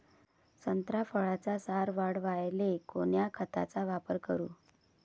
संत्रा फळाचा सार वाढवायले कोन्या खताचा वापर करू?